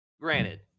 granted